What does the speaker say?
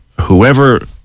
Whoever